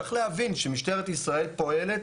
צריך להבין שמשטרת ישראל פועלת